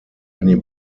many